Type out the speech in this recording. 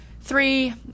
Three